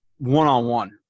One-on-one